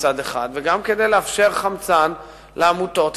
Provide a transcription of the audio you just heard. ומצד אחר כדי לאפשר חמצן לעמותות,